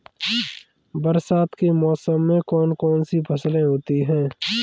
बरसात के मौसम में कौन कौन सी फसलें होती हैं?